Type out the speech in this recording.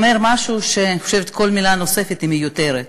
אני חושבת שכל מילה נוספת מיותרת.